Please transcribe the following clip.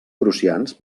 prussians